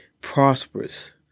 prosperous